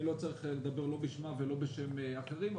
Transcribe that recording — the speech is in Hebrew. אני לא צריך לדבר לא בשמה ולא בשם אחרים.